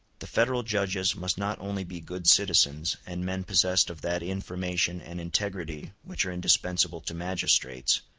the federal judges must not only be good citizens, and men possessed of that information and integrity which are indispensable to magistrates,